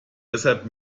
deshalb